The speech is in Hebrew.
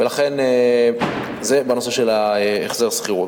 ולכן, זה בנושא של החזר שכירות.